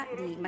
di